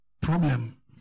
problem